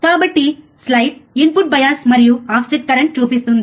కాబట్టి slide input bias మరియు offset current చూపిస్తుంది